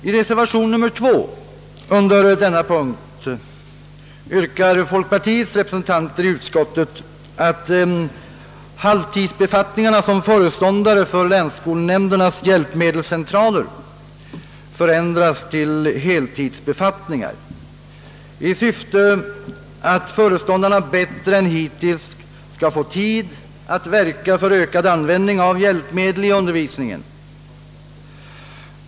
I reservation A 2 yrkar folkpartiets representanter i utskottet, att halvtidsbefattningarna som föreståndare för länsskolnämndernas hjälpmedelscentraler förändras till heltidsbefattningar i syfte att föreståndarna bättre än hittills skall få tid att verka för ökad användning av hjälpmedel i undervisningen.